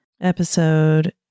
Episode